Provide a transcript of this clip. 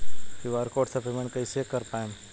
QR code से payment कईसे कर पाएम?